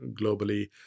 globally